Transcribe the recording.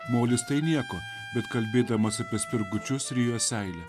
molis tai nieko bet kalbėdamas apie spirgučius rijo seilę